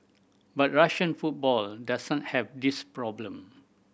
but Russian football does not have this problem